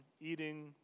eating